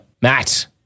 Matt